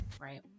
right